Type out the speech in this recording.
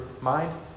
mind